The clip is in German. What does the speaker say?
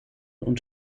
und